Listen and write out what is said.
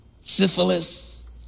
syphilis